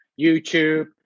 YouTube